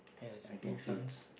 I can see